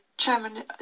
chairman